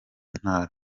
ntara